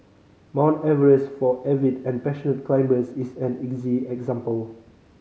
Mount Everest for avid and passionate climbers is an easy example